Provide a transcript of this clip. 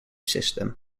system